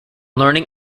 learning